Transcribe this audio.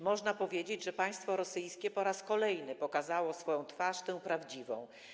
Można powiedzieć, że państwo rosyjskie po raz kolejny pokazało swoją twarz, tę prawdziwą.